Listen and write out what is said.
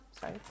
sorry